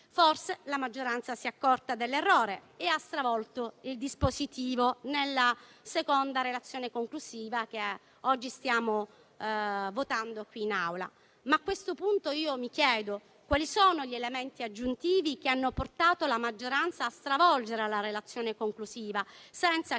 Forse la maggioranza si è accorta dell'errore e ha stravolto il dispositivo nella seconda relazione conclusiva, che oggi stiamo votando qui in Aula. Ma a questo punto mi chiedo: quali sono gli elementi aggiuntivi che hanno portato la maggioranza a stravolgere la relazione conclusiva, senza che